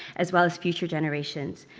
as well as future generations.